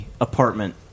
apartment